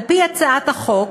על-פי הצעת החוק,